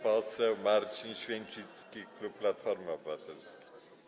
Poseł Marcin Święcicki, klub Platformy Obywatelskiej.